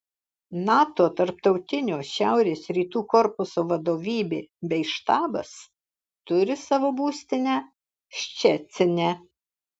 nato tarptautinio šiaurės rytų korpuso vadovybė bei štabas turi savo būstinę ščecine